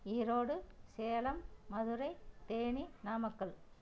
Erode Salem Madurai Theni Namakkal